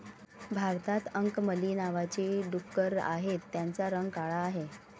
भारतात अंकमली नावाची डुकरं आहेत, त्यांचा रंग काळा आहे